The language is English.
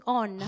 on